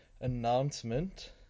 announcement